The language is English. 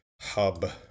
Hub